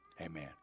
Amen